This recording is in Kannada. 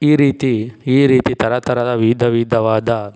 ಈ ರೀತಿ ಈ ರೀತಿ ಥರ ಥರದ ವಿಧ ವಿಧವಾದ